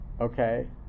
Okay